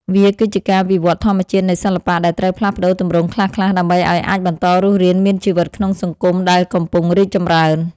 វាគឺជាការវិវត្តធម្មជាតិនៃសិល្បៈ ដែលត្រូវផ្លាស់ប្តូរទម្រង់ខ្លះៗ ដើម្បីឱ្យអាចបន្តរស់រានមានជីវិតក្នុងសង្គមដែលកំពុងរីកចម្រើន។